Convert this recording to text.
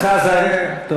חבר הכנסת חזן, בחייך.